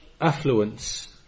affluence